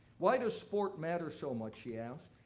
why does sport matter so much? she asked.